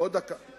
עוד דקה